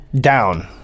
down